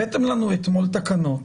הבאתם לנו אתמול תקנות